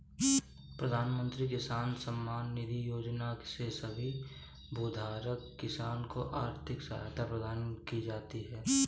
प्रधानमंत्री किसान सम्मान निधि योजना में सभी भूधारक किसान को आर्थिक सहायता प्रदान की जाती है